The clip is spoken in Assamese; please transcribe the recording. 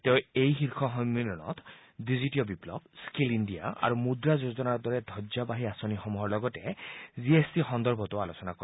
তেওঁ এই শীৰ্ষ সন্মিলনত ডিজিটিঅ বিপ্লৱ স্কীল ইণ্ডিয়া আৰু মুদ্ৰা যোজনাৰ দৰে ধবজাবাহী আঁচনিসমূহৰ লগতে জি এছ টি সন্দৰ্ভতো আলোচনা কৰিব